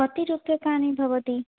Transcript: कति रूप्यकाणि भवति